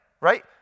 right